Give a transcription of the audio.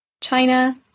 China